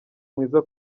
mwiza